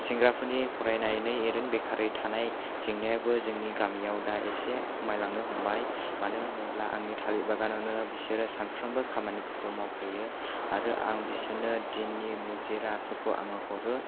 सेंग्राफोरनि फरायनानै ओरैनो बेखारै थानाय जेंनायाबो जोंनि गामियाव दा एसे खमायलांनो हमबाय मानो होनोब्ला आंनि थालिर बागानावनो बिसोरो सानफ्रोमबो खामानिफोरखौ मावफैयो आरो आं बिसोरनो दिननि मुजिराफोरखौ आं हरो